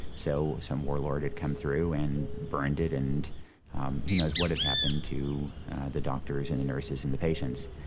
so some warlord had come through and burned it and um who knows what had happened to the doctors and the nurses and the patients.